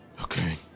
Okay